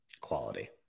quality